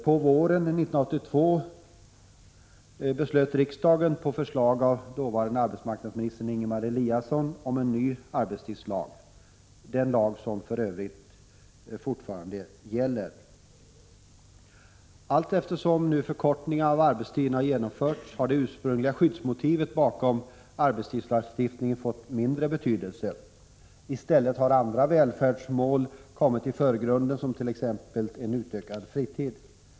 På våren 1982 beslöt riksdagen på förslag av dåvarande arbetsmarknadsministern Ingemar Eliasson om en ny arbetstidslag, den lag som för övrigt fortfarande gäller. Allteftersom förkortningar av arbetstiden har genomförts har det ursprungliga skyddsmotivet bakom arbetstidslagstiftningen fått mindre betydelse. I stället har andra välfärdsmål kommit i förgrunden, t.ex. en utökad fritid.